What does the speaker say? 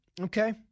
Okay